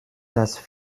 das